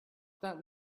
that